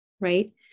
right